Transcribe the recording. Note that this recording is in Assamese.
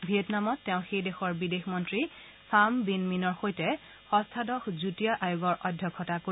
ভিয়েটনামত তেওঁ সেই দেশৰ বিদেশ মন্ত্ৰী ফাম বিন্হ মিন্হৰ সৈতে ষষ্ঠাদশ যুটীয়া আয়োগৰ অধ্যক্ষতা কৰিব